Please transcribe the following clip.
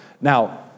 Now